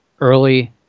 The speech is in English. early